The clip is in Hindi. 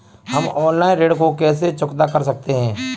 हम ऑनलाइन ऋण को कैसे चुकता कर सकते हैं?